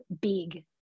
big